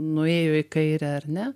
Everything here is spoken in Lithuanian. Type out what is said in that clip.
nuėjo į kairę ar ne